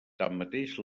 tanmateix